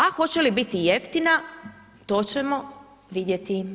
A hoće li biti jeftina, to ćemo vidjeti.